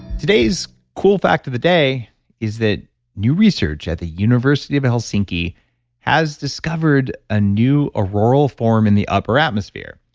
today's cool fact of the day is that new research at the university of helsinki has discovered a new aurora form in the upper atmosphere.